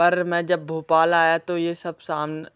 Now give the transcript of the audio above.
पर मैं जब भोपाल आया तो ये सब सामना